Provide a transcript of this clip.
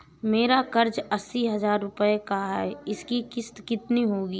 मेरा कर्ज अस्सी हज़ार रुपये का है उसकी किश्त कितनी होगी?